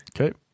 Okay